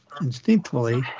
instinctively